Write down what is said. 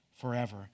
forever